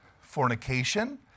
fornication